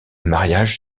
mariage